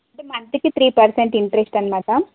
అంటే మంత్కి three percent interest అన్నమాట